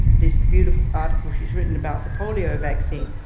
this beautiful article she's written about the polio vaccine,